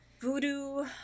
Voodoo